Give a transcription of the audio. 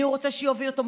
מי הוא רוצה שיוביל אותו.